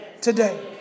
today